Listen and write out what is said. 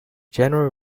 january